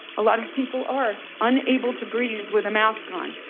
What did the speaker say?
a lot of people are unable to breathe with a mask on.